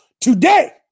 today